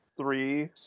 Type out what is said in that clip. three